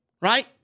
right